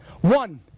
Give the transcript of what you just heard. One